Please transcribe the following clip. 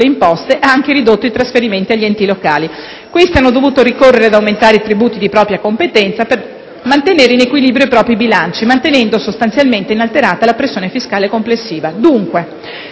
imposte, ma anche i trasferimenti agli enti locali, i quali hanno dovuto aumentare i tributi di propria competenza per mantenere in equilibrio i propri bilanci, mantenendo così sostanzialmente inalterata la pressione fiscale complessiva.